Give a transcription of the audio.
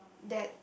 that